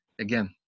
again